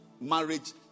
marriage